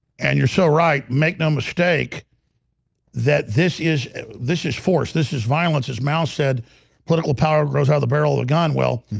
and you're so right. make no mistake that this is this is forced. this is violence his mouth said political power grows how the barrel of a gun? well,